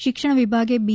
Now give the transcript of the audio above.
શિક્ષણ વિભાગે બી